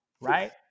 Right